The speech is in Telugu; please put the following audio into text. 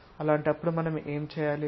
అలాంటప్పుడు మనం ఏమి చేయాలి